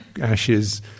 ashes